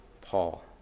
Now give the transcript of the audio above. Paul